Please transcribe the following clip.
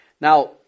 Now